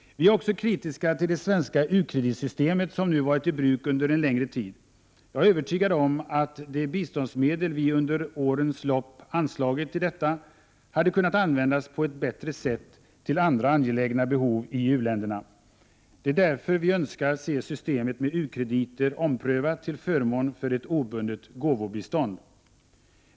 Vi är också kritiska till det svenska u-kreditsystem som nu har varit i bruk under en längre tid. Jag är övertygad om att de biståndsmedel som vi under årens lopp har anslagit till detta hade kunnat användas på ett bättre sätt, till andra angelägna behov i u-länderna. Det är därför vi önskar se systemet med u-krediter omprövat till förmån för ett obundet gåvobistånd.